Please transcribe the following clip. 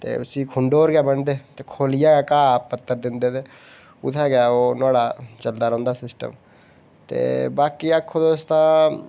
ते उसी खुंड उप्पर गै बनदे उसी खोलियै घाह पत्तर दिंदे ते उत्थै गै ओह् नुहाड़ा चलदा रौंह्दा सिस्टम ते बाकी आक्खो तुस तां